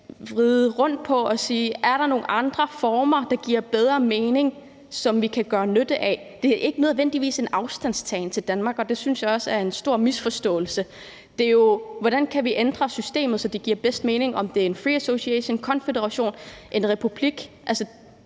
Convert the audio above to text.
vride rundt på, og hvor vi spørger, om der er nogle andre former, der giver bedre mening, og som vi kan drage nytte af. Det er ikke nødvendigvis en afstandtagen til Danmark; det synes jeg er en stor misforståelse. Det handler jo om, hvordan vi kan ændre systemet, så det giver bedst mening; er det med free association, confederation eller en republik? Jeg